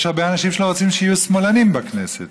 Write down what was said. יש הרבה אנשים שלא רוצים שיהיו שמאלנים בכנסת